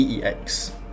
DEX